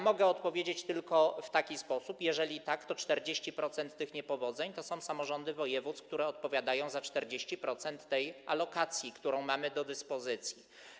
Mogę odpowiedzieć tylko w taki sposób: jeżeli tak, to 40% tych niepowodzeń dotyczy samorządów województw, które odpowiadają za 40% tej alokacji, którą mamy do dyspozycji.